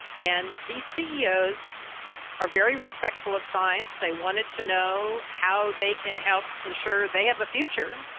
and these ceos are very respectful of science, they wanted to know how they can help ensure they have a future,